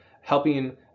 helping